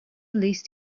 least